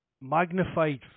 magnified